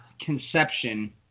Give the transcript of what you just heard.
conception